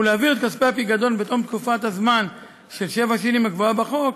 ולהעביר את כספי הפיקדון בתום תקופת הזמן של שבע שנים הקבועה בחוק,